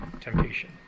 temptation